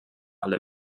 alle